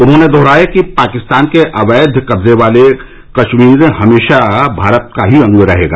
उन्होंने दोहराया कि पाकिस्तान के अवैध कब्जे वाला कश्मीर हमेशा ही भारत का ही अंग रहेगा